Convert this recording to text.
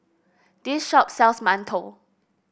this shop sells mantou